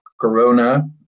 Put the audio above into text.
corona